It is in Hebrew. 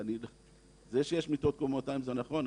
זה שיש מיטות קומותיים זה נכון,